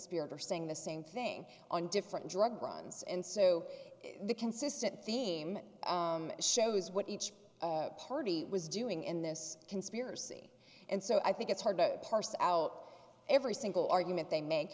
spirator saying the same thing on different drug runs and so the consistent theme shows what each party was doing in this conspiracy and so i think it's hard to parse out every single argument they make